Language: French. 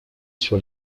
sur